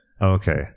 okay